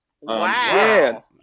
Wow